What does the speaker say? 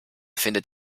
findet